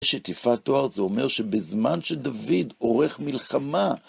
אשת יפת תואר זה אומר שבזמן שדוד עורך מלחמה